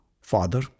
Father